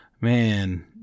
man